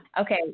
Okay